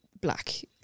Black